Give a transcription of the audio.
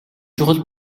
чухал